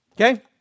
Okay